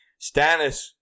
Stannis